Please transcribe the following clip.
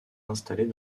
installés